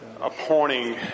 appointing